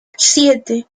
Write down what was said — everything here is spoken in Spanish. siete